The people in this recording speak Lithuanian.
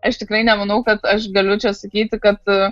aš tikrai nemanau kad aš galiu čia sakyti kad